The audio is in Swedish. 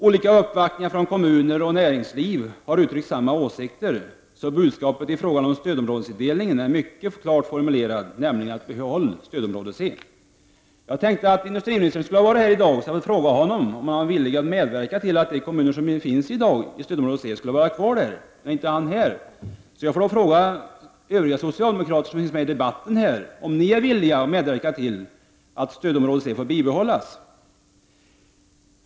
Olika uppvaktningar från kommuner och näringsliv har uttryckt samma åsikter, så budskapet i fråga om stödområdesindelningen är mycket klart formulerat, nämligen att man skall behålla stödområde C. Jag trodde att industriministern skulle vara här i dag. Jag hade tänkt fråga honom om han är villig att medverka till att de kommuner som i dag finns i stödområde C skall få vara kvar där. Nu är industriministern inte här, så jag får fråga övriga socialdemokrater i debatten om de är villiga att medverka till att stödområde C får behållas.